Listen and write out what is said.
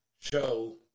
show